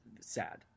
sad